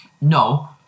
no –